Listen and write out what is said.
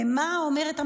לְמה אומרת הממשלה,